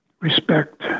respect